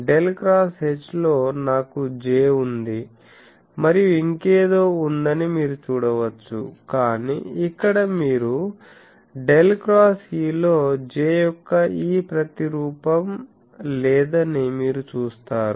∇ X H లో నాకు J ఉంది మరియు ఇంకేదో ఉందని మీరు చూడవచ్చు కాని ఇక్కడ మీరు ∇ X E లో J యొక్క ఈ ప్రతిరూపం లేదని మీరు చూస్తారు